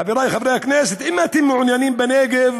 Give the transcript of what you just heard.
חבריי חברי הכנסת, אם אתם מעוניינים בנגב